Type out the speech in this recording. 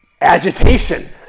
agitation